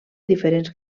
diferents